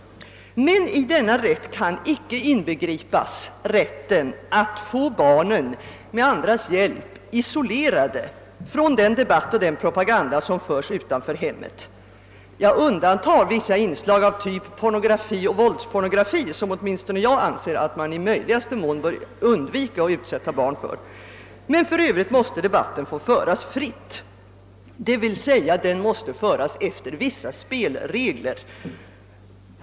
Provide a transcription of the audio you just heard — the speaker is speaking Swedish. Men i denna rätt kan icke inbegripas att med andras hjälp få barnen isolerade från den debatt och den propaganda som förs utanför hemmet. Jag undantar vissa inslag av typ pornografi och våldspornografi, som åtminstone jag anser att man i möjligaste mån bör undvika att utsätta barn för. För övrigt måste debatten få föras fritt, dvs. den måste föras efter vissa spelregler.